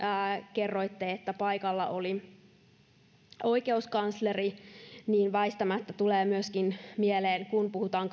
kerroitte että paikalla oli oikeuskansleri niin väistämättä tulee myöskin mieleen kun puhutaan